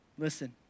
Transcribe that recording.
Listen